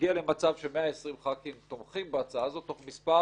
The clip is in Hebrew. ותגיע למצב ש-120 ח"כים תומכים בהצעה הזאת תוך מספר